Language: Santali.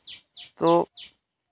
ᱛᱳ